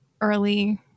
early